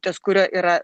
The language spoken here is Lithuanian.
ties kuria yra